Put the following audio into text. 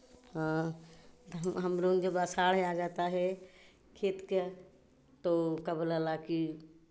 हाँ तो हम हमलोगन का जब आषाढ़ आ जाता है खेत के तो का बोलेला कि